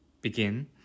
begin